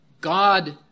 God